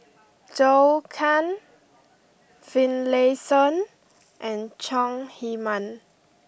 Zhou Can Finlayson and Chong Heman